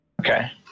Okay